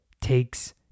takes